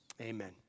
Amen